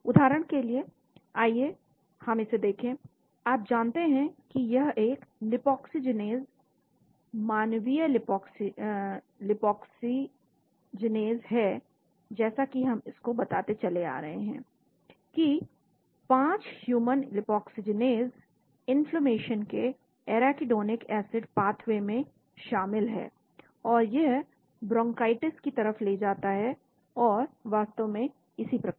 उदाहरण के लिए आइए हम इसे देखें आप जानते हैं कि यह एक लाइपोक्सिजेनेस मानवीय लाइपोक्सिजेनेस है जैसा कि हम इसको बताते चले आ रहे हैं की 5 ह्यूमन लाइपोक्सिजेनेस इन्फ्लेमेशन के एराकिडोनिक एसिड पाथवे में शामिल है और यह ब्रोंकाइटिस की तरफ ले जाता है और वास्तव में इसी प्रकार